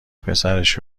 پسرش